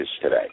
today